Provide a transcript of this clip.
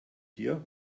hier